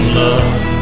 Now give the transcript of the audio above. love